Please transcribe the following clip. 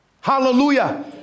Hallelujah